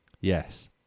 Yes